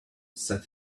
said